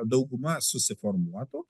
dauguma susiformuotų